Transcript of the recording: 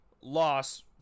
loss